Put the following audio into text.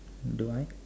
do I